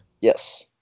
Yes